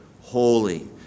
holy